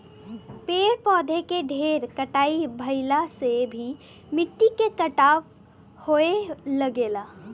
पेड़ पौधा के ढेर कटाई भइला से भी मिट्टी के कटाव होये लगेला